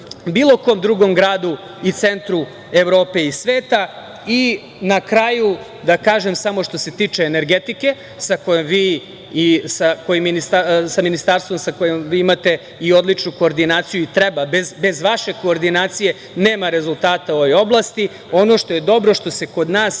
bilo kom drugom gradu i centru Evrope i sveta. Na kraju samo da kažem što se tiče energetike sa kojom vi, i sa Ministarstvom sa kojim vi imate i odlučnu koordinaciju i treba bez vašeg koordinacije nema rezultata u ovoj oblasti. Ono što je dobro što se kod nas